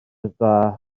dda